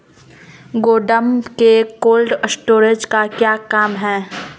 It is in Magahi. गोडम में कोल्ड स्टोरेज का क्या काम है?